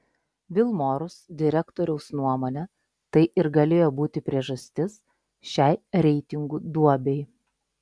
vilmorus direktoriaus nuomone tai ir galėjo būti priežastis šiai reitingų duobei